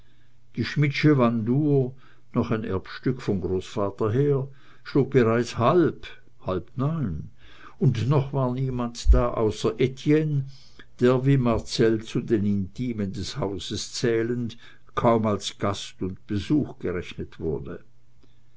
die schmidtsche wanduhr noch ein erbstück vom großvater her schlug bereits halb halb neun und noch war niemand da außer etienne der wie marcell zu den intimen des hauses zählend kaum als gast und besuch gerechnet wurde